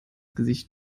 gesicht